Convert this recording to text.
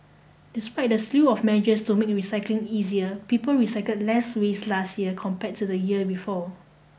despite the slew of measures to make recycling easier people recycle less waste last year compared to the year before